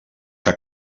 que